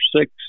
six